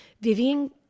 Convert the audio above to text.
Vivian